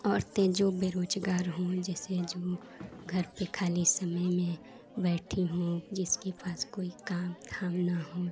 औरतें जो बेरोजगार हों जिसने जो घर पे खाली समय में बैठी हो जिसके पास कोई काम धाम न हो